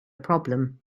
problem